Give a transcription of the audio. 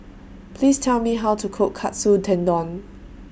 Please Tell Me How to Cook Katsu Tendon